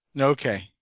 Okay